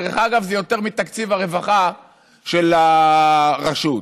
דרך אגב, זה יותר מתקציב הרווחה של הרשות.